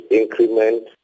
increment